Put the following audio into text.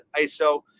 ISO